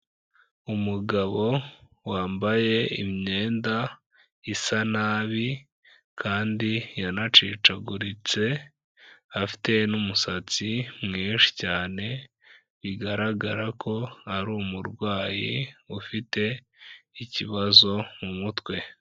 Umugabo wambaye imyenda isa nabi kandi yanacicaguritse, afite n'umusatsi mwinshi cyane bigaragara ko ari umurwayi ufite ikibazo mu mutwe.